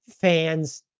fans